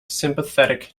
sympathetic